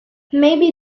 maybe